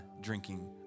drinking